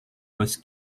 was